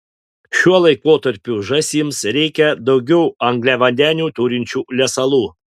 šiuo laikotarpiu žąsims reikia daugiau angliavandenių turinčių lesalų